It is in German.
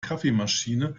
kaffeemaschine